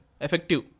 Effective